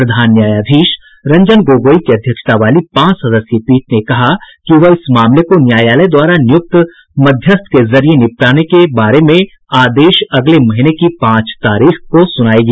प्रधान न्यायाधीश रंजन गोगोई की अध्यक्षता वाली पांच सदस्यीय पीठ ने कहा कि वह इस मामले को न्यायालय द्वारा नियुक्त मध्यस्थ के जरिये निपटाने के बारे में आदेश अगले महीने की पांच तारीख को सुनायेगी